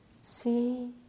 see